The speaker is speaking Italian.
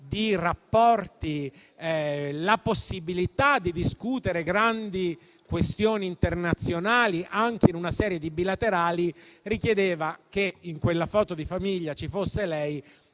di rapporti e la possibilità di discutere grandi questioni internazionali, anche in una serie di bilaterali, richiedevano che in quella foto di famiglia ci fosse lei